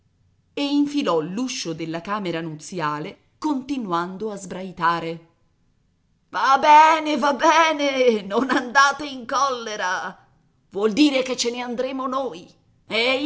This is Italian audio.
e infilò l'uscio della camera nuziale continuando a sbraitare va bene va bene non andate in collera vuol dire che ce ne andremo noi